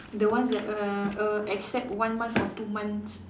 the ones that err err accept one month or two months